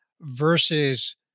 versus